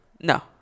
No